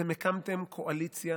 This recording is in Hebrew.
אתם הקמתם קואליציה